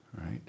right